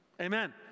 Amen